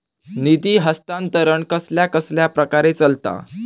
निधी हस्तांतरण कसल्या कसल्या प्रकारे चलता?